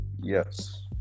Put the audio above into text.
Yes